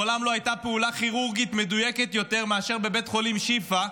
מעולם לא הייתה פעולה כירורגית מדויקת יותר מאשר בבית חולים שיפא,